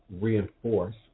reinforce